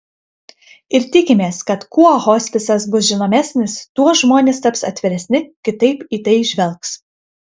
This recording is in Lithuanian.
ir tikimės kad kuo hospisas bus žinomesnis tuo žmonės taps atviresni kitaip į tai žvelgs